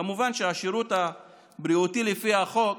כמובן שאת השירות הבריאותי, לפי החוק